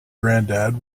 grandad